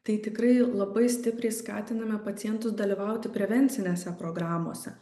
tai tikrai labai stipriai skatiname pacientus dalyvauti prevencinėse programose